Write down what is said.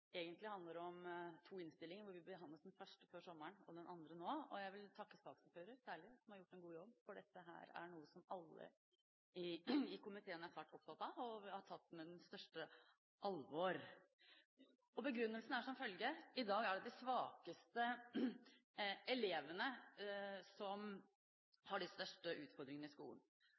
egentlig handler om to innstillinger. Vi behandlet den første før sommeren og den andre nå. Jeg vil særlig takke saksordføreren, som har gjort en god jobb, for dette er noe som alle i komiteen er svært opptatt av, og som vi har tatt med det største alvor. Begrunnelsen er som følger: I dag er det de svakeste elevene som har de største utfordringene i skolen,